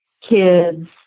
kids